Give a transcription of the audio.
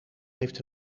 heeft